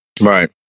Right